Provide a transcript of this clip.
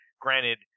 granted